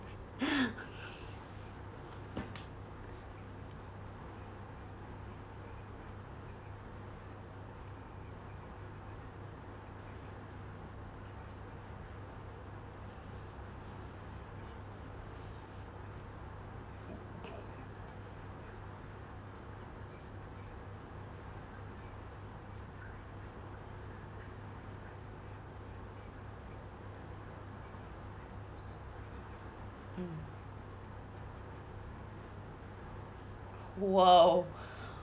mm !wow!